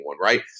right